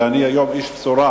ואני היום איש בשורה: